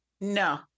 no